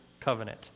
covenant